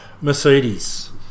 Mercedes